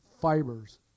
fibers